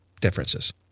differences